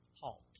Halt